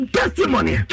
testimony